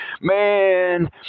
Man